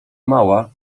mała